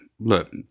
Look